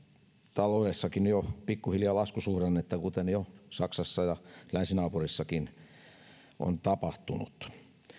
taloudessakin jo pikkuhiljaa laskusuhdannetta kuten jo saksassa ja länsinaapurissakin on tapahtunut